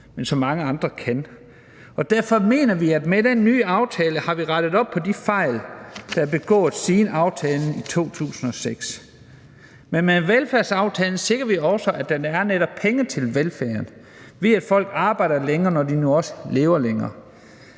får lov at opleve. Og derfor mener vi, at vi med den nye aftale har rettet op på de fejl, der er blevet begået siden aftalen i 2006. Med velfærdsaftalen sikrer vi også, at der netop er penge til velfærden, ved at folk arbejder længere, når de nu også lever længere.